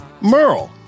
Merle